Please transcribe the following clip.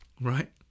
Right